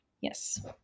yes